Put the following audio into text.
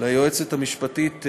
ליועצת המשפטית,